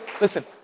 listen